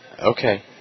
Okay